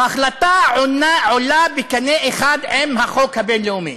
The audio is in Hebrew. וההחלטה עולה בקנה אחד עם החוק הבין-לאומי.